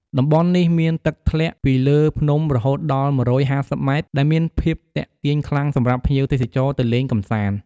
តំបន់នេះ មានទឹកធ្លាក់ពីលើភ្នំរហូតដល់ ១៥០ម៉ែត្រ ដែលមានភាពទាក់ទាញខ្លាំងសម្រាប់ភ្ញៀវទេសចរទៅលេងកម្សាន្ត ។